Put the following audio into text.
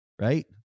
Right